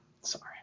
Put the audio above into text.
Sorry